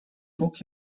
рук